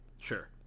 Sure